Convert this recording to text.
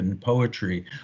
poetry